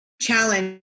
challenge